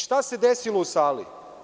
Šta se desilo u sali?